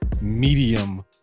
medium